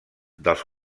dels